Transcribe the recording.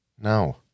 No